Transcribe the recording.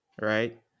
Right